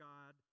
God